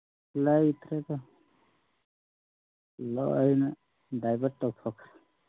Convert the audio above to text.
ꯂꯩꯇ꯭ꯔꯦꯗ ꯂꯣꯏꯅ ꯗꯥꯏꯕꯔꯠ ꯇꯧꯊꯣꯛꯈ꯭ꯔꯦ